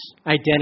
identity